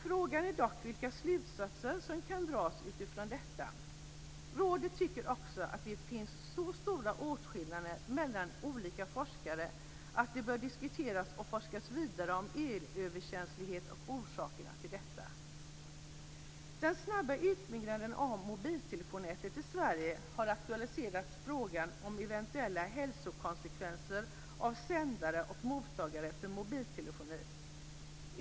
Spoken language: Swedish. Frågan är dock vilka slutsatser som kan dras utifrån detta. Rådet tycker också att det finns så stora åsiktsskillnader mellan olika forskare att det bör diskuteras och forskas vidare om elöverkänslighet och orsakerna till denna. Sverige har aktualiserat frågan om eventuella hälsokonsekvenser av sändare och mottagare för mobiltelefoni.